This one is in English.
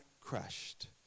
crushed